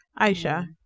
aisha